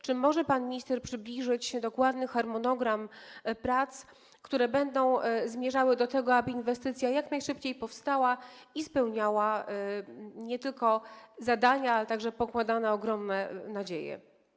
Czy może pan minister przybliżyć dokładny harmonogram prac, które będą zmierzały do tego, aby inwestycja powstała jak najszybciej i spełniała nie tylko zadania, ale także pokładane w niej ogromne nadzieje?